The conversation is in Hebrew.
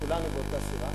כולנו באותה סירה.